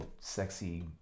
sexy